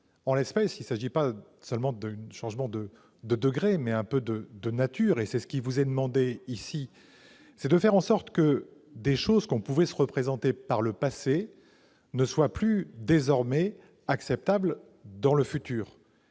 En l'espèce, il ne s'agit pas seulement d'un changement de degré, mais un peu de nature. D'où notre proposition : il s'agit de faire en sorte que des choses qu'on pouvait se représenter par le passé ne soient plus acceptables pour le futur.